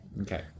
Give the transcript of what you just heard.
Okay